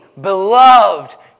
beloved